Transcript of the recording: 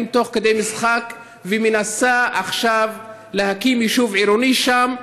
תוך כדי משחק ומנסה עכשיו להקים יישוב עירוני שם,